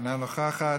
אינה נוכחת.